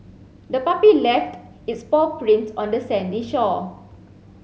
the puppy left its paw prints on the sandy shore